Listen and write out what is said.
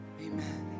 Amen